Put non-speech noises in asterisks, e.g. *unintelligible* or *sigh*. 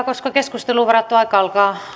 *unintelligible* koska keskusteluun varattu aika alkaa